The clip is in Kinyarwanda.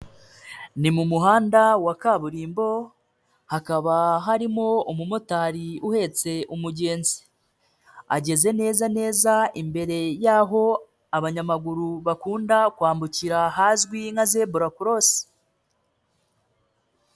Ni mu muhanda wa kaburimbo hakaba harimo umumotari uhetse umugenzi, ageze neza neza imbere y'aho abanyamaguru bakunda kwambukira ahazwi nka zebura korosi.